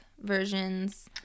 versions